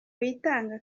witanga